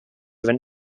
when